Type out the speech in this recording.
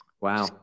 Wow